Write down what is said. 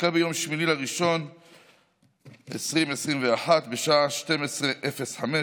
נפסקה ב-8 בינואר 2021 בשעה 12:05,